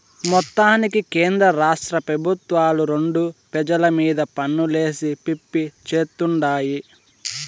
మొత్తానికి కేంద్రరాష్ట్ర పెబుత్వాలు రెండు పెజల మీద పన్నులేసి పిప్పి చేత్తుండాయి